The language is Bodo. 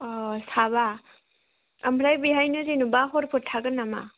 अ साबा ओमफ्राय बेहायनो जेनेबा हरफोर थागोन नामा